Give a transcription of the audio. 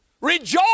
Rejoice